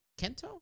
Kento